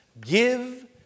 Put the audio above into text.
Give